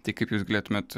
tai kaip jūs galėtumėte